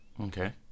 Okay